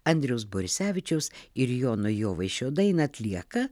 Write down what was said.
andriaus borisevičiaus ir jono jovaišio dainą atlieka